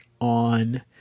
on